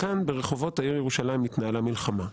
כאן ברחובות העיר ירושלים התנהלה מלחמה.